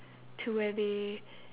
to where they